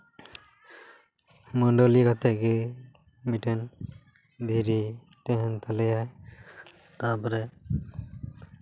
ᱱᱚᱸᱰᱮ ᱞᱟᱹᱭ ᱠᱟᱛᱮ ᱜᱮ ᱢᱤᱫᱴᱮᱱ ᱫᱷᱤᱨᱤ ᱛᱟᱦᱮᱱ ᱛᱟᱞᱮᱭᱟ ᱛᱟᱯᱚᱨᱮ